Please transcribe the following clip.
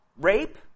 Rape